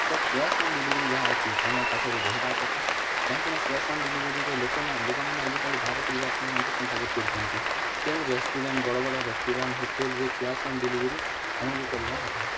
ତ cash on delivery ଯାହା ଅଛି ଆମ ପାଖରେ ରହିବା କଥା କାହିଁକିନା କ୍ୟାସ୍ ଅନ୍ ଡେଲିଭରିରେ ଲୋକେ ଲୋକମାନେ ଆଜିକାଲି ବାହାରକୁ ଯିବା ପାଇଁ ମଧ୍ୟ କୁଣ୍ଠାବୋଧ କରୁଛନ୍ତି ତେଣୁ ରେଷ୍ଟୁରାଣ୍ଟ୍ ବଡ଼ ବଡ଼ ରେଷ୍ଟୁରାଣ୍ଟ୍ ହୋଟେଲ୍ରେ କ୍ୟାସ୍ ଅନ୍ ଡେଲିଭରି ଆମକୁ କରିବା କଥା